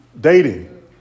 Dating